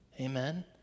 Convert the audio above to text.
Amen